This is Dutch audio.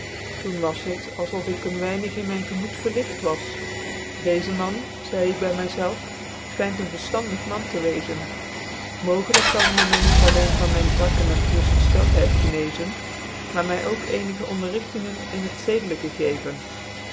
doen was het als of ik een weinig in myn gemoed verligt was dccze man zeide ik by my zclven fchynt een vcrftandig man te weczen mogelijk kan hy my niet allee van myn zwakke natuursgeeen neger tuursgefteldhcid genezen maar my ook ccnigc onderrigtingc in het zedelijke geven